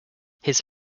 his